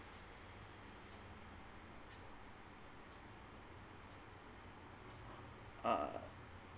uh